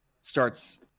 starts